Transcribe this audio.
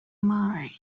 mind